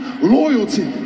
loyalty